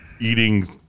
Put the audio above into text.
eating